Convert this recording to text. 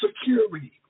security